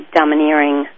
domineering